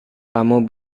kamu